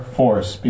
force